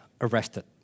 arrested